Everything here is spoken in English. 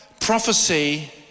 prophecy